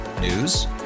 News